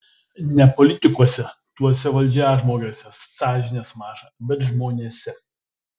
ne politikuose tuose valdžiažmogiuose sąžinės maža bet žmonėse